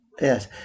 yes